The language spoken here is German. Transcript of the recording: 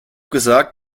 gesagt